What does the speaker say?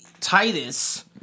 Titus